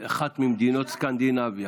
לאחת ממדינות סקנדינביה.